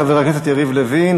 תודה לחבר הכנסת יריב לוין.